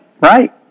right